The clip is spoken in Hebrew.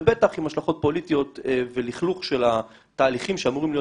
ובטח עם השלכות פוליטיות ולכלוך של התהליכים שאמורים להיות